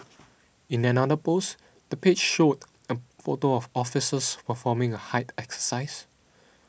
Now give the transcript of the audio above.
in another post the page showed a photo of officers performing a height exercise